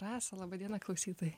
rasa laba diena klausytojai